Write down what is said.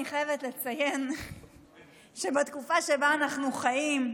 אני חייבת לציין שבתקופה שבה אנחנו חיים,